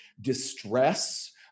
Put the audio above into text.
Distress